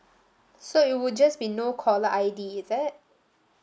so it would just be no caller I_D is it